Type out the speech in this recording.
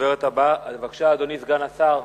בבקשה, אדוני סגן השר.